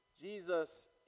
Jesus